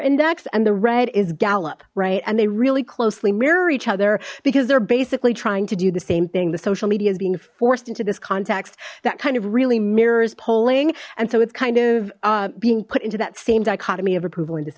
index and the red is gallup right and they really closely mirror each other because they're basically trying to do the same thing the social media is being forced into this context that kind of really mirrors polling and so it's kind of being put into that same dichotomy of approval and dis